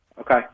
Okay